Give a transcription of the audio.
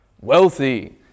Wealthy